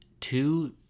two